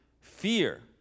fear